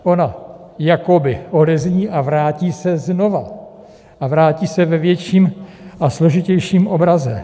Ona jakoby odezní, a vrátí se znova, a vrátí se ve větším a složitějším obraze.